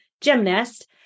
gymnast